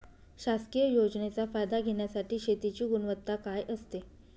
शासकीय योजनेचा फायदा घेण्यासाठी शेतीची गुणवत्ता काय असते?